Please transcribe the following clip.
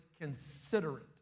considerate